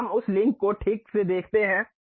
तो हम उस लिंक को ठीक से देखते हैं